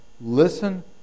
listen